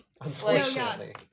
Unfortunately